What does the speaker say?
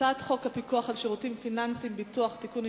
הצעת חוק הפיקוח על שירותים פיננסיים (ביטוח) (תיקון,